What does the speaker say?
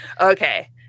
Okay